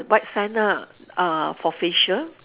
white sand ah uh for facial